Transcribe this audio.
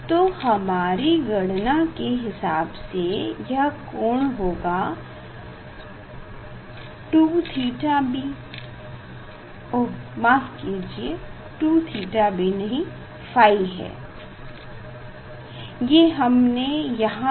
तो हमारी गणना के हिसाब से यह कोण होगा 2θb ओह माफ कीजिये ये 2θb नहीं ये ϕ है ये हमने कहाँ डिस्कस किया था ओके ये यहाँ है